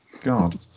God